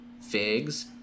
Figs